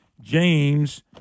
James